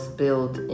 built